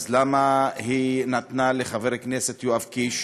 למה היא נתנה לחבר הכנסת יואב קיש